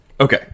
Okay